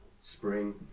spring